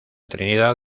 trinidad